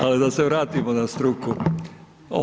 Ali da se vratimo na struku.